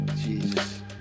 Jesus